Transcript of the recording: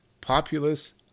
populace